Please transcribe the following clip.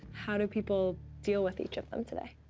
how do people deal with each of them today?